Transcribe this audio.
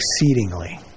exceedingly